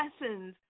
lessons